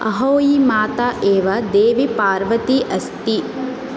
अहोयी माता एव देवी पार्वती अस्ति